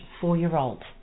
four-year-old